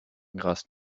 grâce